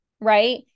right